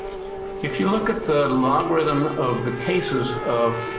if you look at the logarithm of the cases of